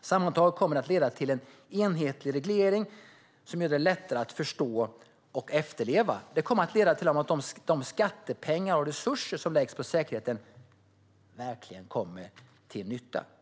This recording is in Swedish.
Sammantaget kommer detta att leda till en enhetlig reglering som blir lättare att förstå och efterleva. Det kommer att leda till att de skattepengar och resurser som läggs på säkerheten verkligen kommer till nytta.